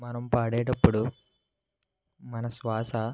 మనం పాడేటప్పుడు మన శ్వాస